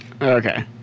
Okay